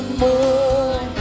more